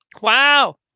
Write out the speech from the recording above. Wow